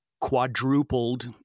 quadrupled